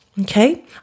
okay